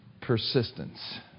persistence